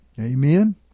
Amen